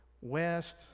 west